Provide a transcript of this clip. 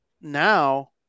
now